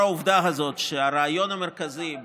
העובדה שהרעיון המרכזי,